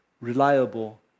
reliable